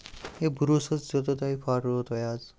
یے بروسہٕ حظ دِتو تۄہہ فاٹروو تۄہہ اَز